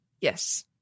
Yes